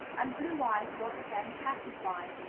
and blue eyes was again pacified,